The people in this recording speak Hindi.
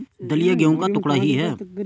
दलिया गेहूं का टुकड़ा ही है